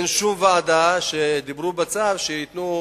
דיברו על כך שיקימו